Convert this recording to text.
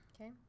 Okay